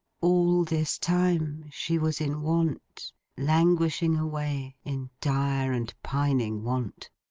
all this time, she was in want languishing away, in dire and pining want.